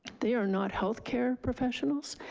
they are not healthcare professionals,